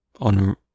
On